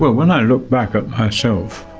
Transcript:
when i look back at myself,